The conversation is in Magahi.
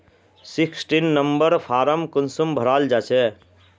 सिक्सटीन नंबर फारम कुंसम भराल जाछे?